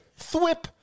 Thwip